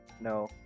no